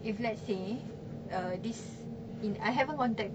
if let's say uh this in I haven't contact